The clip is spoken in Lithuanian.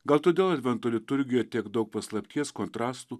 gal todėl advento liturgijoje tiek daug paslapties kontrastų